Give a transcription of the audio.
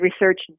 research